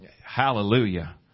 Hallelujah